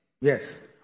Yes